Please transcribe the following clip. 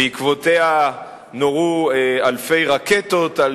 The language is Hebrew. שבעקבותיה נורו אלפי רקטות על